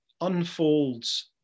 unfolds